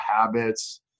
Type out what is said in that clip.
habits